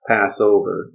Passover